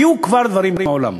היו כבר דברים מעולם.